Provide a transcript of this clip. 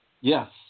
Yes